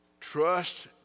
Trust